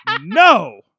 No